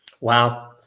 Wow